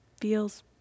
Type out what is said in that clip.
feels